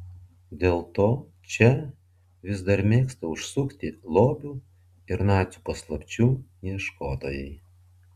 dėl to čia vis dar mėgsta užsukti lobių ir nacių paslapčių ieškotojai